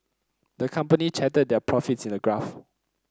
the company charted their profits in a graph